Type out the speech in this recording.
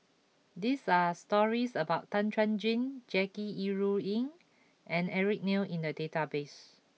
these are stories about Tan Chuan Jin Jackie Yi Ru Ying and Eric Neo in the database